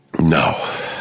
No